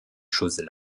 choses